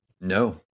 No